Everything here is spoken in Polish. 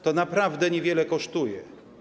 To naprawdę niewiele kosztuje.